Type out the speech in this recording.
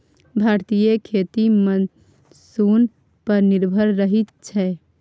भारतीय खेती मानसून पर निर्भर रहइ छै